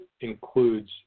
includes